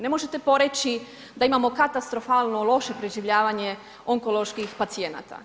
Ne možete poreći da imamo katastrofalno loše preživljavanje onkoloških pacijenata.